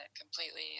completely